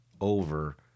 over